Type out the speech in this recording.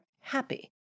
happy